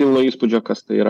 pilno įspūdžio kas tai yra